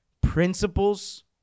principles